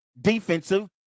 defensive